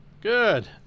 Good